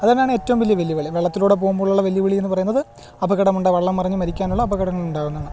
അതുതന്നെയാണ് ഏറ്റവും വലിയ വെല്ലുവിളി വെള്ളത്തിലൂടെ പോവുമ്പോളുള്ള വെല്ലുവിളിയെന്നു പറയുന്നത് അപകടമുണ്ട വള്ളം മറിഞ്ഞ് മരിക്കാനുള്ള അപകടങ്ങളുണ്ടാകുന്നെന്ന്